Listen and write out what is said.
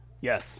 Yes